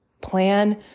plan